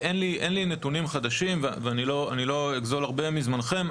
אין לי נתונים חדשים ואני לא אגזול הרבה מזמנכם,